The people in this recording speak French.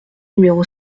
numéro